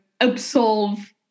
absolve